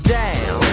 down